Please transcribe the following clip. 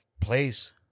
place